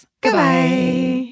Goodbye